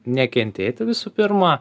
nekentėti visų pirma